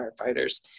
firefighters